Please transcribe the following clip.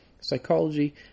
psychology